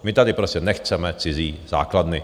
My tady prostě nechceme cizí základny.